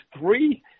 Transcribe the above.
three –